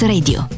Radio